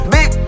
Big